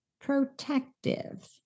protective